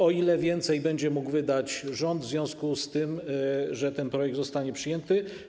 O ile więcej będzie mógł wydać rząd w związku z tym, że ten projekt zostanie przyjęty?